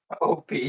Op